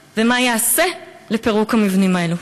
3. מה ייעשה לפירוק מבנים אלו?